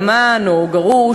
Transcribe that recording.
אלמן או גרוש,